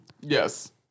Yes